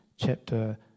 chapter